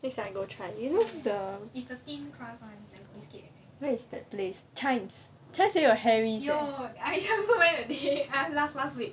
next time I go try thirteen you know the where is that place chijmes also got harry eh